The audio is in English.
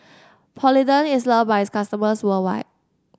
polident is loved by its customers worldwide